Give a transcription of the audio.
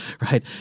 right